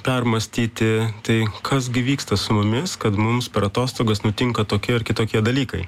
permąstyti tai kas gi vyksta su mumis kad mums per atostogas nutinka tokie ar kitokie dalykai